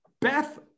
Beth